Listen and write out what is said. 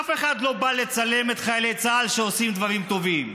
אף אחד לא בא לצלם את חיילי צה"ל שעושים דברים טובים.